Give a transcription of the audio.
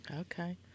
Okay